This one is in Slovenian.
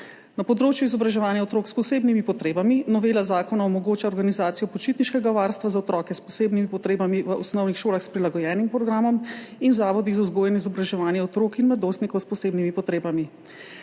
Na področju izobraževanja otrok s posebnimi potrebami novela zakona omogoča organizacijo počitniškega varstva za otroke s posebnimi potrebami v osnovnih šolah s prilagojenim programom in zavodih za vzgojo in izobraževanje otrok in mladostnikov s posebnimi potrebami.